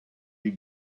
you